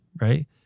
right